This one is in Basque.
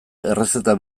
errezeta